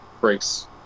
Breaks